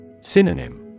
Synonym